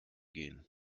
gehen